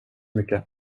mycket